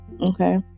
okay